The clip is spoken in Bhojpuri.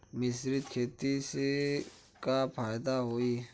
मिश्रित खेती से का फायदा होई?